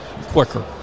quicker